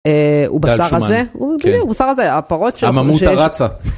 ‫הוא בשר רזה, הוא בדיוק בשר רזה, ‫הפרות שיש. ‫-הממותה רצה.